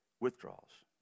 Withdrawals